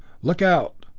look out!